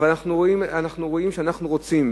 אבל רואים שכשאנחנו רוצים